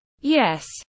Yes